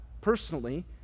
personally